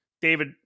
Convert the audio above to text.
David